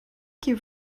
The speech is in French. que